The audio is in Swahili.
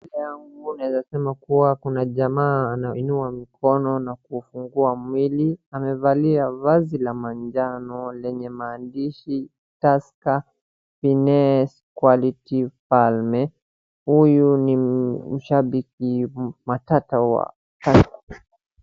Kuna jamaa anainua mikono na kufungua mwili. Amevalia vazi la manjano lenye maandishi Tusker finese quality falme huyu ni shabiki matata wa Tusker.